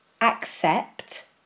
accept